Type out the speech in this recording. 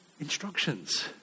Instructions